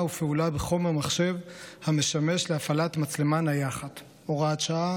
ופעולה בחומר מחשב המשמש להפעלת מצלמה נייחת (הוראת שעה,